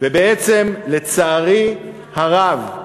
ובעצם, לצערי הרב,